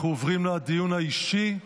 אנחנו עוברים לדיון האישי.